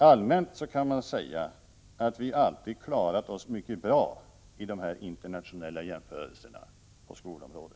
Allmänt kan man säga att vi alltid har klarat oss mycket bra vid de internationella jämförelserna på skolområdet.